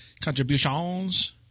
contributions